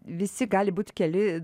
visi gali būt keli